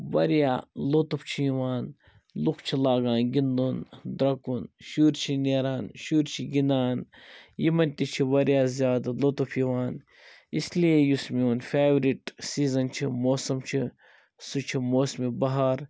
واریاہ لُطُف چھُ یِوان لُکھ چھِ لاگان گِندُن درٛۄکُن شُرۍ چھِ نیران شُرۍ چھِ گِندان یِمَن تہِ چھِ واریاہ زیادٕ لُطُف یِوان اسلیے یُس میون فیورِٹ سیٖزَن چھِ موسم چھِ سُہ چھُ موسمِ بہار